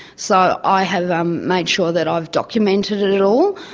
so i have um made sure that i have documented it all,